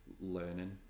learning